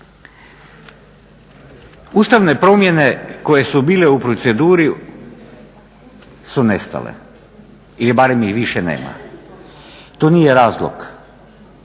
Ustavne promjene koje su bile u proceduri su nestale ili barem ih više nema. To nije razlog,